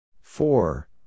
Four